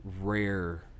rare